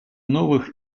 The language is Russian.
новых